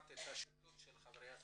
שמעת את השאלות של חברי הכנסת.